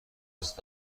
است